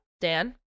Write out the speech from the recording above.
Dan